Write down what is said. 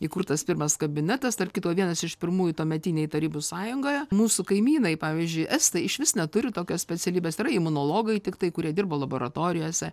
įkurtas pirmas kabinetas tarp kito vienas iš pirmųjų tuometinėj tarybų sąjungoje mūsų kaimynai pavyzdžiui estai išvis neturi tokios specialybės tai yra imunologai tiktai kurie dirba laboratorijose